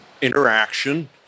interaction